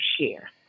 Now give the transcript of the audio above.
share